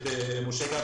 את משה גפני,